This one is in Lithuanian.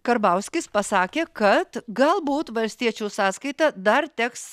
karbauskis pasakė kad galbūt valstiečių sąskaita dar teks